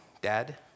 Dad